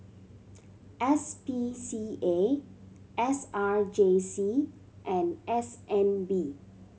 S P C A S R J C and S N B